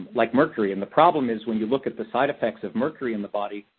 like mercury. and the problem is, when you look at the side effects of mercury in the body,